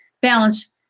balance